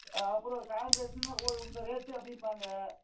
ஆ அப்புறம் காண்ட்ரேட்னா ஓ இந்த ரேட்டு அப்படிம்பாங்க